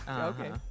okay